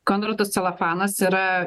konradas celofanas yra